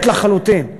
מת לחלוטין.